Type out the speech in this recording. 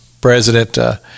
President